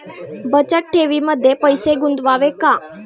बचत ठेवीमध्ये पैसे गुंतवावे का?